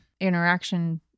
interaction